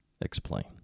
explain